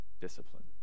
discipline